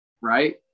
Right